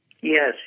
Yes